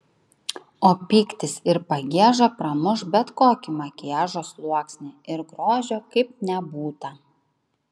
o pyktis ir pagieža pramuš bet kokį makiažo sluoksnį ir grožio kaip nebūta